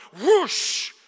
whoosh